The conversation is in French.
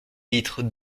litres